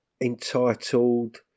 entitled